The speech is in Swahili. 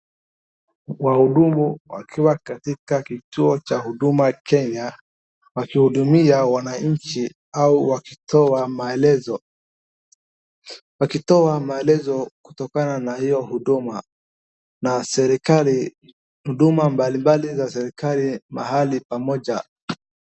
Wahudumu wakiwa katika kituo cha Huduma Kenya wakihudumia wananchi au wakitoa maelezo kutokana na hiyo huduma mbalimbali za serikali mahali pamoja.